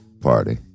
party